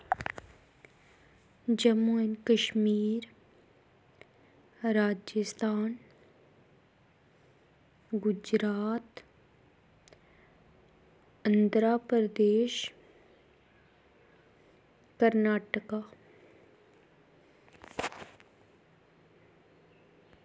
Jammu and Kashmir Rajasthan Gujarat Andhra Pradesh Karnataka